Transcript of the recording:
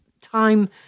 time